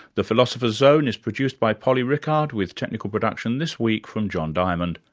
the philosopher's zone is produced by polly rickard with technical production this week from john diamond.